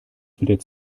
mit